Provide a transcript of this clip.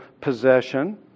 possession